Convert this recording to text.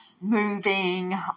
moving